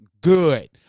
good